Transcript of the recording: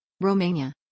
Romania